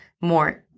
more